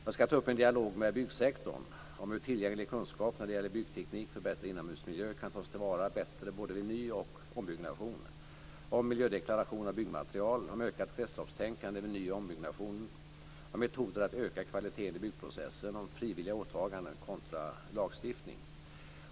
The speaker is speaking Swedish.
Jag skall ta upp en dialog med byggsektorn om hur tillgänglig kunskap när det gäller byggteknik för bättre inomhusmiljö kan tas till vara bättre på vid nyoch ombyggnation, om miljödeklaration av byggmaterial, om ökat kretsloppstänkande vi ny och ombyggnation och metoder att öka kvaliteten i byggprocessen och frivilliga åtaganden kontra lagstiftning.